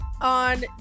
on